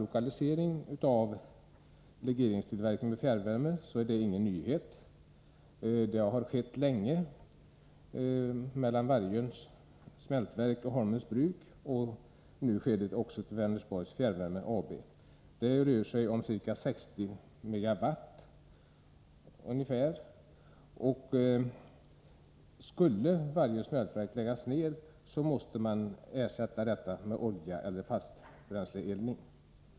Samlokalisering i fråga om legeringstillverkningen och fjärrvärmen är ingen nyhet. Sådan lokalisering har pågått under en lång tid. Det gäller Vargöns smältverk och Holmens Bruk samt numera också Vänersborgs Fjärrvärme AB. Det rör sig om ca 60 megawatt. Skulle Vargöns smältverk läggas ned, måste värmeleveranserna därifrån ersättas med olja eller fasta bränslen.